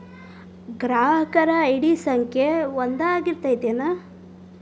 ಗ್ರಾಹಕರ ಐ.ಡಿ ಖಾತೆ ಸಂಖ್ಯೆ ಒಂದ ಆಗಿರ್ತತಿ ಏನ